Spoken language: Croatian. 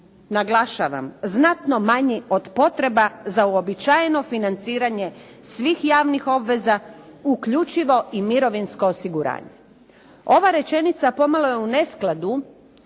naglašavam, znatno manji od potreba za uobičajeno financiranje svih javnih obveza, uključivo i mirovinsko osiguranje. Ova rečenica pomalo je u neskladu